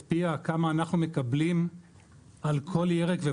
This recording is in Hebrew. פיה?' כמה אנחנו מקבלים על כל ירק ופרי.